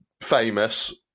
famous